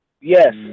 Yes